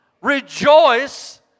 Rejoice